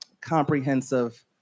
comprehensive